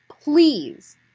please